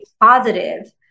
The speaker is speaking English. positive